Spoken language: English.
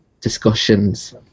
discussions